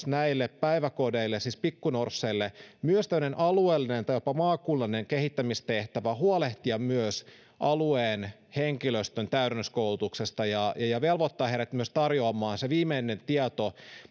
näille päiväkodeille siis pikkunorsseille myös tämmöinen alueellinen tai jopa maakunnallinen kehittämistehtävä huolehtia myös alueen henkilöstön täydennyskoulutuksesta ja ja velvoittaa heidät myös tarjoamaan se viimeinen tieto